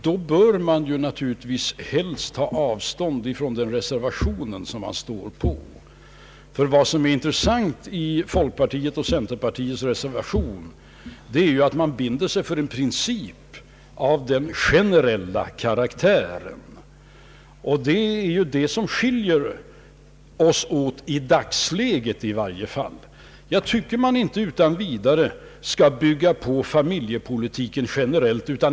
Då bör man naturligtvis helst ta avstånd från den reservation som han har varit med om att avge, ty vad som är intressant i folkpartiets och centerpartiets reservation är att man binder sig för en princip av generell karaktär. Det är ju detta som skiljer oss åt, i varje fall i dagsläget. Jag tycker inte att man utan vidare skall bygga ut familjepolitiken generellt.